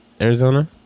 Arizona